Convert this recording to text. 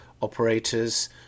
operators –